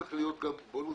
צריך להיות גם בונוס,